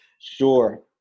Sure